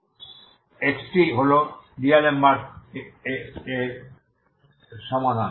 সুতরাং u1xtহল D'Alembert's DAlembert এর সমাধান